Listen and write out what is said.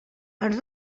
ens